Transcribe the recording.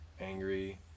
angry